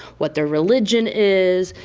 what their religion is.